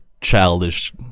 childish